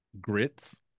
grits